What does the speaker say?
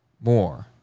More